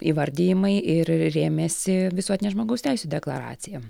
įvardijimai ir rėmėsi visuotine žmogaus teisių deklaracija